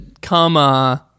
come